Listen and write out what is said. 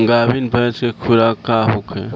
गाभिन भैंस के खुराक का होखे?